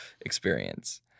experience